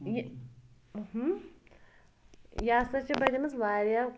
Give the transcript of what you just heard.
یہِ یہِ ہَسا چھِ بَنے مٕژ واریاہ